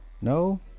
no